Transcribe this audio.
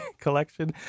collection